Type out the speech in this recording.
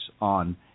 on